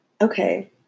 Okay